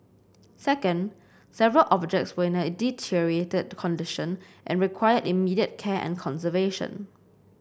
second several objects were in a deteriorated condition and required immediate care and conservation